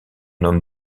homme